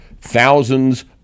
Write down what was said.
thousands